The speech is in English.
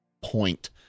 point